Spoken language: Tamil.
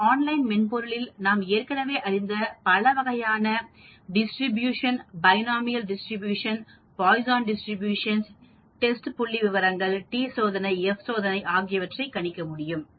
இந்த ஆன்லைன் மென்பொருளில் நாம் ஏற்கனவே அறிந்த பலவகையான distribution binomial distribution distribution Poisson distribution மற்றும் டெஸ்ட் புள்ளிவிவர சோதனை டி சோதனை எஃப் சோதனை ஆகியவற்றை கணிக்க முடியும்